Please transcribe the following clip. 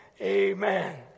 Amen